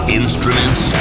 instruments